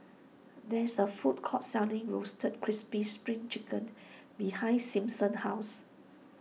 there is a food court selling Roasted Crispy Spring Chicken behind Simpson's house